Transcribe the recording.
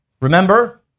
Remember